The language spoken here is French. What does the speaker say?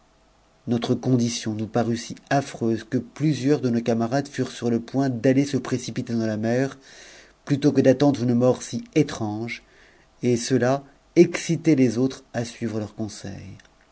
notre condition nous parut si affreuse que plusieurs de mes camarades furent sur le point d'aller se précipiter dans la mer plutôt que d'attendre une mort si étrange et ceux excitaient les autres à suivre leur conseil